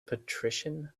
patrician